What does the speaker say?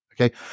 Okay